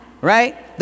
right